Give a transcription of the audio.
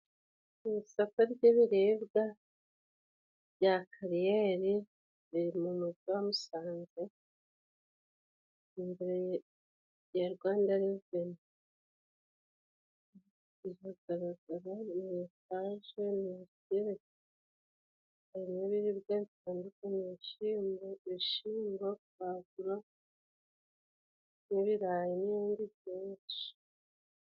Isoko ry'ibiribwa rya Kariyeri riri mu mujyi wa Musanze imbere ya Rwandareveni. Riragaragara ni etaje igeretse. Harimo ibiribwa bitandukanye, ibishyimbo pwavuro n'ibirayi n'ibindi byinshi.